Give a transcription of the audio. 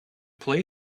play